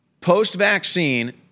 post-vaccine